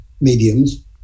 mediums